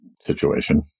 situation